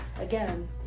again